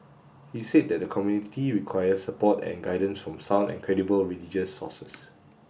he said that the community requires support and guidance from sound and credible religious sources